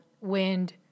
wind